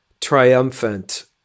triumphant